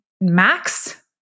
max